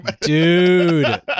dude